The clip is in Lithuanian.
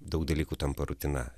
daug dalykų tampa rutina